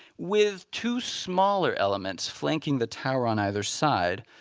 with two smaller elements flanking the tower on either side.